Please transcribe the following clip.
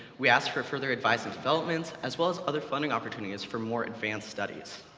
we ask for further advice and developments, as well as other funding opportunities for more advanced studies.